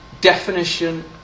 definition